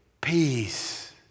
peace